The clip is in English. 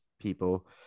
people